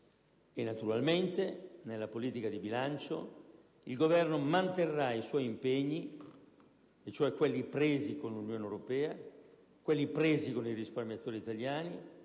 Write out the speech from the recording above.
E naturalmente, nella politica di bilancio, il Governo manterrà i suoi impegni, e cioè quelli presi con l'Unione europea, quelli presi con i risparmiatori italiani,